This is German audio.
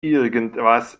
irgendwas